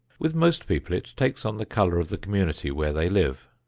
with most people it takes on the color of the community where they live.